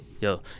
yo